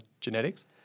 genetics